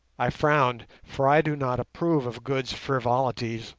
i frowned, for i do not approve of good's frivolities,